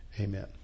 Amen